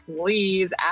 please